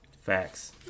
Facts